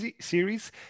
Series